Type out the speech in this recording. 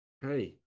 hey